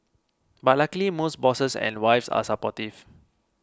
but luckily most bosses and wives are supportive